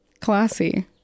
classy